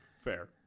fair